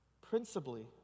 Principally